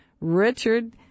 Richard